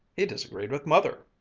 he disagreed with mother,